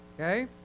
Okay